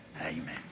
Amen